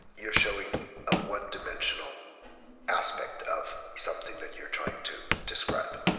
you're showing a one-dimensional aspect of something that you're trying to describe.